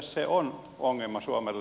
se on ongelma suomelle